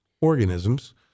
organisms